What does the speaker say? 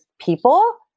people